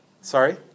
Sorry